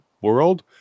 world